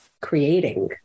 creating